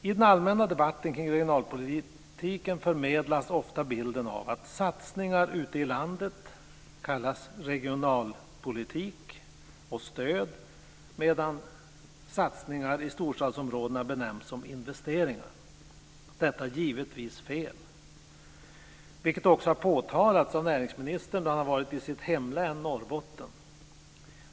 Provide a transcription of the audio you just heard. I den allmänna debatten kring regionalpolitiken förmedlas ofta bilden av att satsningar ute i landet kallas regionalpolitik och stöd medan satsningar i storstadsområdena benämns som investeringar. Detta är givetvis fel, vilket också har påtalats av näringsministern då han var uppe i sitt hemlän, Norrbotten.